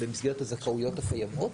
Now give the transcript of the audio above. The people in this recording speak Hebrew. הם במסגרת הזכאויות הקיימות.